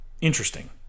Interesting